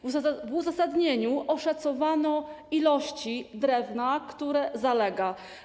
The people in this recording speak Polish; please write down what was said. W uzasadnieniu oszacowano ilości drewna, które zalega.